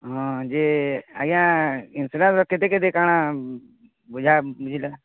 ହଁ ଯେ ଆଜ୍ଞା ଇନ୍ସୁରାନ୍ସ କେତେ କେତେ କାଣା ବୁଝା ବୁଝିଲେ